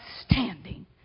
standing